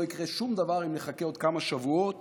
לא יקרה שום דבר אם זה ייקח עוד כמה שבועות